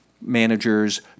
managers